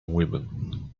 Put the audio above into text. women